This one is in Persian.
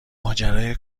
ماجرای